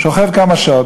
שוכב כמה שעות,